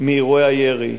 מאירועי הירי,